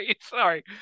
sorry